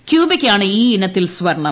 ക്യൂബയ്ക്കാണ് ഈ ഇനത്തിൽ സ്വർണ്ണം